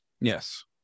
Yes